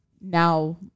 now